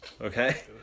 okay